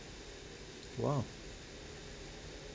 !wow!